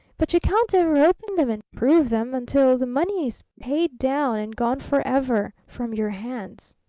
but you can't ever open them and prove them until the money is paid down and gone forever from your hands.